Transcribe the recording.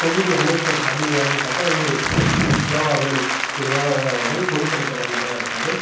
தொகுதி அமைச்சர் அப்படின்னு யாருன்னு பார்த்தா இவர் யாவா வேலு திரு யாவா வேலு அவர்கள் பொதுப்பணித்துறை அமைச்சராக இருக்கார்